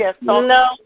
No